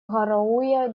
гароуэ